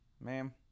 ma'am